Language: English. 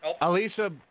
Alicia